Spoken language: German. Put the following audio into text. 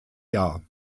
jahr